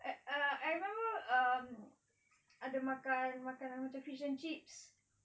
uh uh I remember uh ada makan makanan macam fish and chips